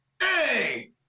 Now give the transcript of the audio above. Hey